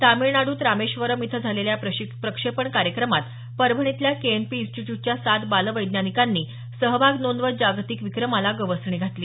तामिळनाडूत रामेश्वरम इथं झालेल्या या प्रक्षेपण कार्यक्रमात परभणीतल्या केएनपी इन्स्टिट्यूटच्या सात बालवैज्ञानिकांनी सहभाग नोंदवत जागतिक विक्रमाला गवसणी घातली